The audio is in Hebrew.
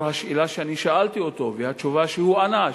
על שאלה ששאלתי אותו והתשובה שהוא ענה,